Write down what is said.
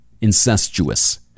incestuous